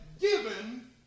given